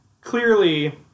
clearly